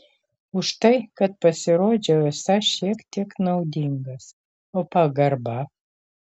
už tai kad pasirodžiau esąs šiek tiek naudingas o pagarba